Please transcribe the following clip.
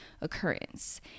occurrence